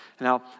now